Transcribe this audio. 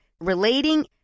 relating